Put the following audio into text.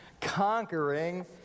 Conquering